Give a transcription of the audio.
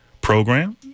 Program